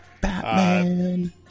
Batman